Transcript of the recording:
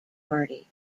party